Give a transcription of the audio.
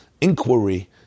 inquiry